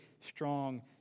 strong